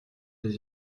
des